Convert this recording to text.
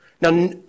Now